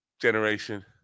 generation